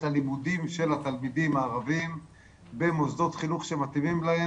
את הלימודים של התלמידים הערבים במוסדות חינוך שמתאימים להם,